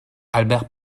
albert